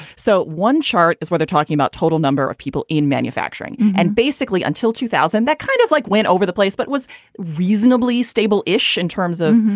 so one chart is what they're talking about total number of people in manufacturing. and basically until two thousand that kind of like went over the place but was reasonably stable ish in terms of.